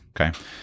okay